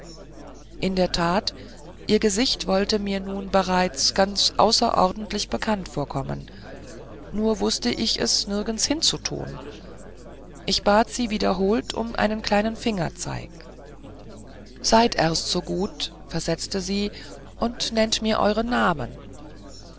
in der tat ihr gesicht wollte mir nun bereits ganz außerordentlich bekannt vorkommen nur wußte ich es nirgend hinzutun ich bat sie wiederholt um einen kleinen fingerzeig seid erst so gut versetzte sie und nennt mir euren namen